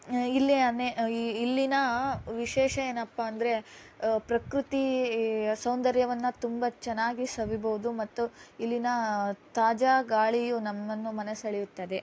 ಇಲ್ಲಿ ಅನೇ ಇ ಇಲ್ಲಿನ ವಿಶೇಷ ಏನಪ್ಪಾ ಅಂದರೆ ಪ್ರಕೃತಿ ಸೌಂದರ್ಯವನ್ನು ತುಂಬಾ ಚೆನ್ನಾಗಿ ಸವಿಬೋದು ಮತ್ತು ಇಲ್ಲಿನ ತಾಜಾ ಗಾಳಿಯು ನಮ್ಮನ್ನು ಮನ ಸೆಳೆಯುತ್ತದೆ